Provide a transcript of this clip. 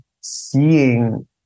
seeing